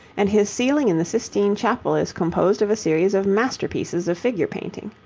and his ceiling in the sistine chapel is composed of a series of masterpieces of figure-painting.